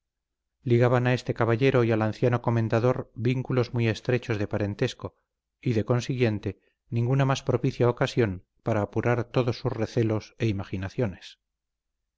ligaban a este caballero y al anciano comendador vínculos muy estrechos de parentesco y de consiguiente ninguna más propicia ocasión para apurar todos sus recelos e imaginaciones